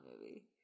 movie